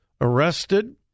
arrested